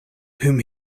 whom